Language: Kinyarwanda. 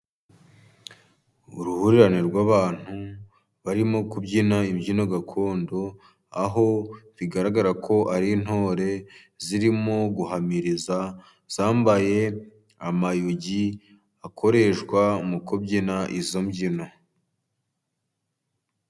Uruhurirane rw'abantu barimo kubyina imbyino gakondo, aho bigaragara ko ari intore zirimo guhamiriza, zambaye amayugi akoreshwa mu kubyina izo mbyino.